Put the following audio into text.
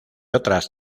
otras